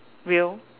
will